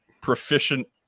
proficient